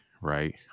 right